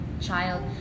child